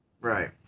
Right